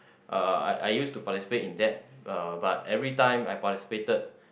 uh I I used to participate in that uh but every time I participated